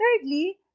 thirdly